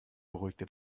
beruhigte